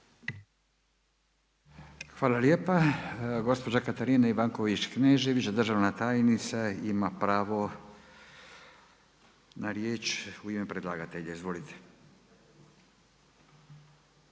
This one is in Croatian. Hvala lijepa. Gospođa Katarina Ivanković-Knežević državna tajnica ima pravo na riječ u ime predlagatelja.